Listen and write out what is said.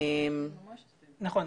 נכון.